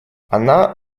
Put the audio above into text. она